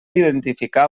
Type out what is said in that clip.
identificar